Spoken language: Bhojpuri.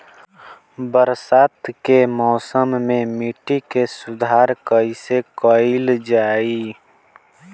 बरसात के मौसम में मिट्टी के सुधार कइसे कइल जाई?